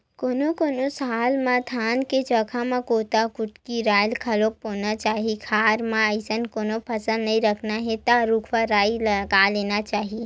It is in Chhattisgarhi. कोनो कोनो साल म धान के जघा म कोदो, कुटकी, राई घलोक बोना चाही खार म अइसन कोनो फसल नइ लगाना हे त रूख राई लगा देना चाही